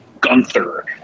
Gunther